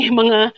mga